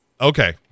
Okay